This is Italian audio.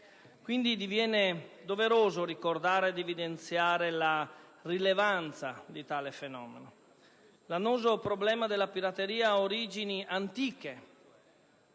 unanime. È doveroso ricordare ed evidenziare la rilevanza di tale fenomeno. L'annoso problema della pirateria ha origini antiche.